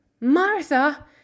Martha